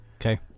Okay